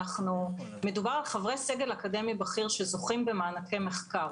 שמדובר על חברי סגל אקדמי בכיר שזוכים במענקי מחקר.